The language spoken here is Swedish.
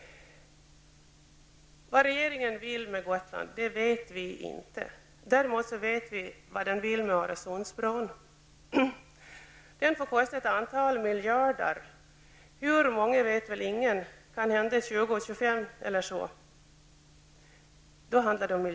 Vad regeringen vill med Gotland vet vi inte. Däremot vet vi vad den vill med Öresundsbron. Den får kosta ett antal miljarder, hur många vet väl ingen, kanske 20--25 eller så.